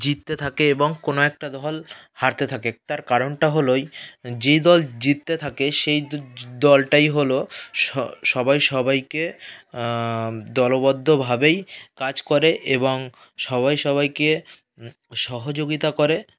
জিততে থাকে এবং কোনো একটা দল হারতে থাকে তার কারণটা হলো এই যে দল জিততে থাকে সেই দলটাই হলো সবাই সবাইকে দলবদ্ধভাবেই কাজ করে এবং সবাই সবাইকে সহযোগিতা করে